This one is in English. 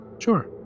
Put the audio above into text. Sure